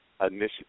initiative